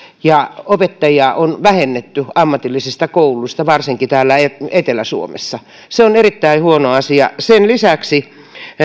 ja opettajia on vähennetty ammatillisista kouluista varsinkin täällä etelä suomessa se on erittäin huono asia sen lisäksi